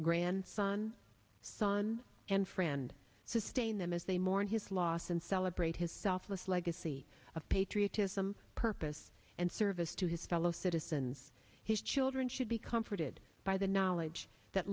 grandson son and friend sustain them as they mourn his loss and celebrate his selfless legacy of patriotism purpose and service to his fellow citizens his children should be comforted by the knowledge that